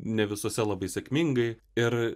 ne visuose labai sėkmingai ir